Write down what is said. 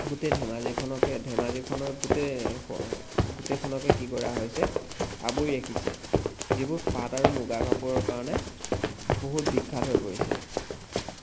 গোটেই ধেমাজিখনকে ধেমাজিখনৰ গোটেই গোটেইখনকে কি কৰা হৈছে আৱৰি ৰাখিছে যিবোৰ পাট আৰু মুগা কাপোৰৰ কাৰণে বহুত বিখ্যাত হৈ পৰিছে